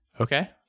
okay